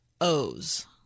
O's